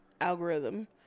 algorithm